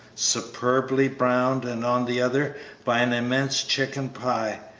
superbly browned, and on the other by an immense chicken pie,